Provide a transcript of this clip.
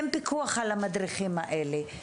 אין פיקוח על המדריכים האלה,